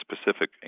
specific